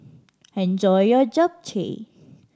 enjoy your Japchae